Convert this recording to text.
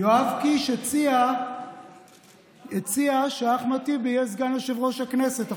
יואב קיש הציע שאחמד טיבי יהיה סגן יושב-ראש הכנסת.